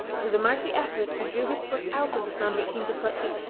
with a mighty effort he drew his foot out of the sand which seemed to clutch it,